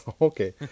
Okay